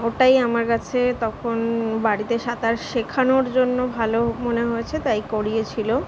ওটাই আমার কাছে তখন বাড়িতে সাঁতার শেখানোর জন্য ভালো মনে হয়েছে তাই করিয়েছিল